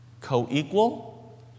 co-equal